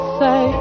say